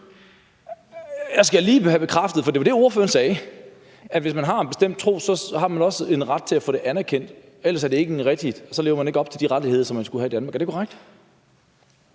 Jeg skal lige have det bekræftet, for det var det, ordføreren sagde, nemlig at hvis man har en bestemt tro, har man også en ret til at få den anerkendt, for ellers lever vi ikke op til de rettigheder, som man skulle have i Danmark. Er det korrekt?